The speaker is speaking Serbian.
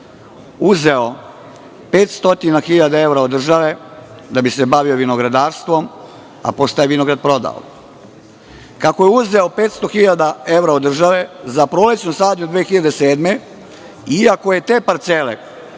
uzeo 500.000 evra od države da bi se bavio vinogradarstvom, a posle je taj vinograd prodao, kako je uzeo 500.000 evra od države za prolećnu sadnju 2007. godine, iako je te parcele